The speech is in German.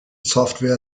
software